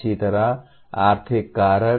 इसी तरह आर्थिक कारक